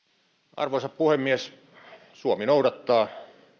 arvoisa puhemies suomi noudattaa